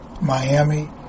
Miami